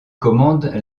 commande